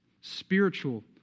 spiritual